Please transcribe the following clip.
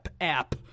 app